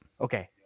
okay